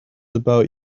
about